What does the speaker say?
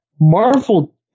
Marvel